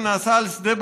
הזו,